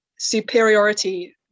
superiority